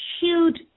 huge